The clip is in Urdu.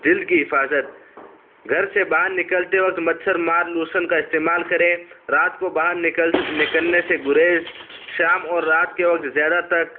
جلد کی حفاظت گھر سے باہر نکلتے وقت مچھر مار لوشن کا استعمال کریں رات کو باہر نکلنے سے گریز شام اور رات کے وقت زیادہ تک